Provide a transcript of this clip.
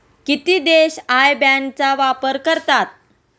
किती देश IBAN चा वापर करतात?